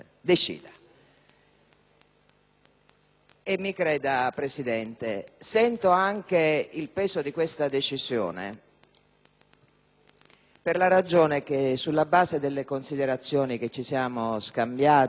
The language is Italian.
E mi creda, Presidente: sento anche il peso di questa decisione per la ragione che, sulla base delle considerazioni che ci siamo scambiati in